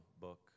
book